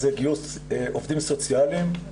זה גיוס עובדים סוציאליים,